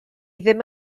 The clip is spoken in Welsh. ddim